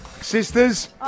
Sisters